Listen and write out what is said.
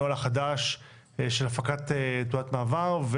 הנוהל החדש של הפקת תעודת מעבר,